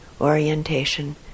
orientation